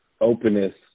openness